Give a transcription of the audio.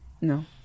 No